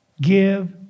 give